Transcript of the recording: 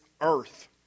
earth